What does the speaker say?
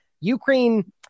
Ukraine –